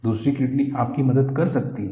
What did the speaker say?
दूसरी किडनी आपकी मदद कर सकती है